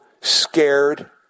scared